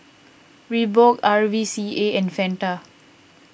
Reebok R V C A and Fanta